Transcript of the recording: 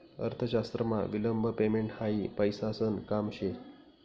अर्थशास्त्रमा विलंब पेमेंट हायी पैसासन काम शे